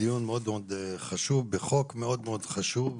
זה דיון מאוד מאוד חשוב בחוק מאוד מאוד חשוב.